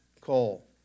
call